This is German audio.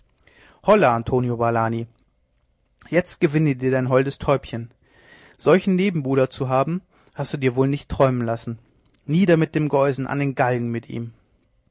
holla antonio valani jetzt gewinne dir dein holdes täubchen solchen nebenbuhler zu haben hast du dir wohl nicht träumen lassen nieder mit dem geusen an den galgen mit ihm